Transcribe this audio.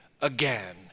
again